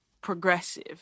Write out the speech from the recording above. progressive